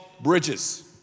bridges